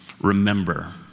Remember